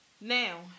Now